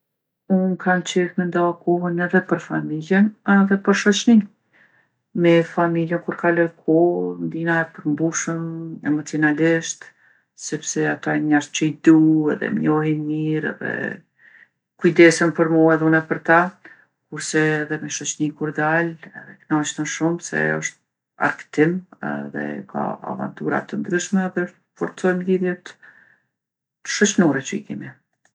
Unë kam qejf me nda kohën edhe për familjen edhe për shoqni. Me familje kur kaloj kohë ndihna e përmbushun emocionalisht, sepse ata janë njerz që i du edhe m'njohin mirë edhe kujdesen për mu edhe une për ta. Kurse edhe me shoqni kur dal edhe knaqna shumë se osht argtim edhe ka avantura t'ndryshme edhe forcojmë lidhjet shoqnore që i kemi.